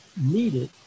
needed